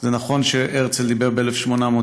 שזה נכון שהרצל דיבר ב-1898,